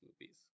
movies